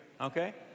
okay